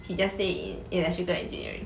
he just stay in electrical engineering